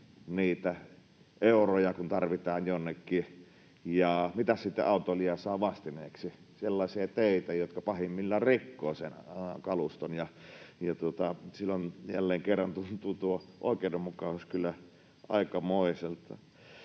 niitä euroja, kun tarvitaan jonnekin. Ja mitäs sitten autoilija saa vastineeksi? Sellaisia teitä, jotka pahimmillaan rikkovat sen kaluston. Ja silloin jälleen kerran tuntuu tuo oikeudenmukaisuus kyllä aikamoiselta.